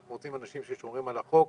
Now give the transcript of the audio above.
אנחנו רוצים אנשים ששומרים על החוק.